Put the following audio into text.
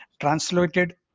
translated